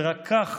ורק כך